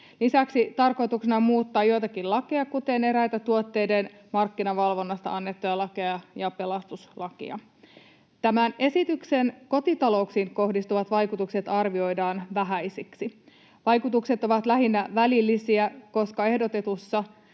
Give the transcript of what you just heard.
Lisäksi tarkoituksena on muuttaa joitakin lakeja, kuten eräitä tuotteiden markkinavalvonnasta annettuja lakeja ja pelastuslakia. Tämän esityksen kotitalouksiin kohdistuvat vaikutukset arvioidaan vähäisiksi. Vaikutukset ovat lähinnä välillisiä, koska ehdotetussa